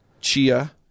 Chia